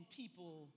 people